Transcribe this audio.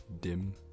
Dim